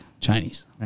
Chinese